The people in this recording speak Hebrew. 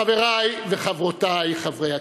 חברי וחברותי חברי הכנסת,